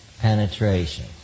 penetration